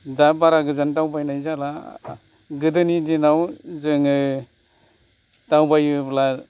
दा बारा गोजान दावबायनाय जाला गोदोनि दिनाव जोङो दावबायोब्ला